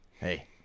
Hey